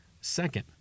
Second